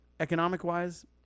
Economic-wise